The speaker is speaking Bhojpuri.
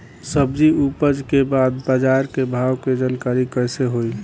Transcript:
सब्जी उपज के बाद बाजार के भाव के जानकारी कैसे होई?